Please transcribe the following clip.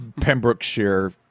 Pembrokeshire